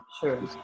sure